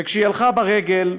וכשהיא הלכה ברגל,